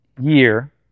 year